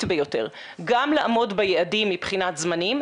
ביותר גם לעמוד ביעדים מבחינת זמנים,